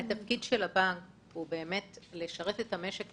התפקיד של הבנק הוא לשרת את המשק,